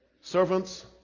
Servants